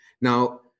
Now